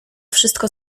wszystko